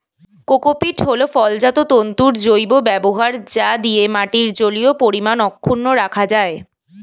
cocopeat হল ফলজাত তন্তুর জৈব ব্যবহার যা দিয়ে মাটির জলীয় পরিমাণ অক্ষুন্ন রাখা যায়